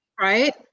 right